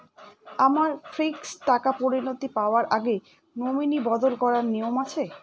আমার ফিক্সড টাকা পরিনতি পাওয়ার আগে নমিনি বদল করার নিয়ম আছে?